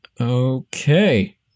Okay